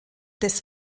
des